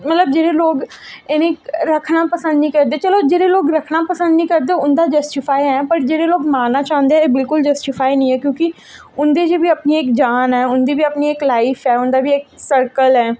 मतलब जेह्ड़े लोग इ'नेंगी रक्खना पसद निं करदे चलो जेह्ड़े लोग रक्खना पसंद निं करदे उं'दा जस्टिफाई ऐ पर जेह्ड़े लोक मारना चाह्दे एह् बिलकुल जस्टिफाई निं ऐ क्योंकि उंदे च बी अपनी इक जान ऐ उं'दी बी अपनी इक लाइफ ऐ उं'दा बी इक सर्कल ऐ